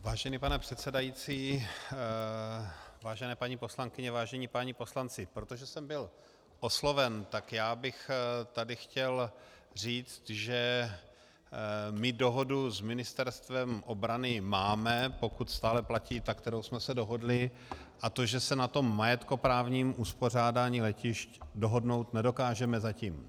Vážený pane předsedající, vážené paní poslankyně, vážení páni poslanci, protože jsem byl osloven, tak bych tady chtěl říct, že my dohodu s Ministerstvem obrany máme, pokud stále platí ta, na které jsme se dohodli, a to že se na tom majetkoprávním uspořádání letišť dohodnout nedokážeme zatím.